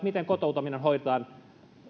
miten kotouttaminen hoidetaan